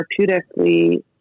therapeutically